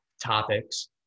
topics